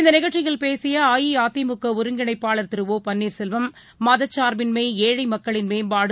இந்தநிகழ்ச்சியில் பேசியஅஇஅதிமுகஒருங்கிணைப்பாளர் திரு ஒ பன்னீர்செல்வம் மதச்சார்பின்மை ஏழைமக்களின் மேம்பாடு